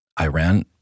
Iran